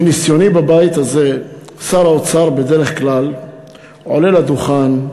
מניסיוני בבית הזה, שר האוצר בדרך כלל עולה לדוכן,